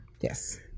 yes